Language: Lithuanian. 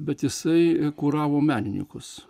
bet jisai kuravo menininkus